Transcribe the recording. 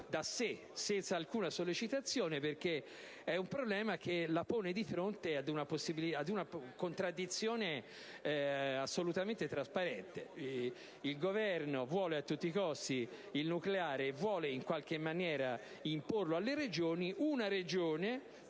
senza alcuna sollecitazione, perché è un problema che la pone di fronte ad una contraddizione assolutamente trasparente: in effetti, mentre il Governo vuole a tutti costi il nucleare e vuole in qualche maniera imporlo alle Regioni, una Regione